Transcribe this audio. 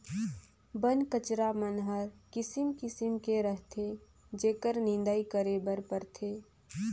बन कचरा मन हर किसिम किसिम के रहथे जेखर निंदई करे बर परथे